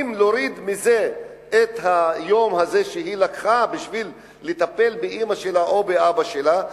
אם נוריד מזה את היום הזה שהיא לקחה בשביל לטפל באמא שלה או באבא שלה,